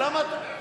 למה אתה,